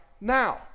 now